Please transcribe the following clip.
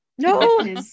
No